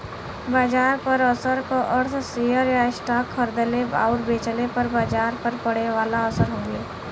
बाजार पर असर क अर्थ शेयर या स्टॉक खरीदले आउर बेचले पर बाजार पर पड़े वाला असर हउवे